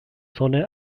sonne